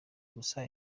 gusa